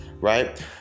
Right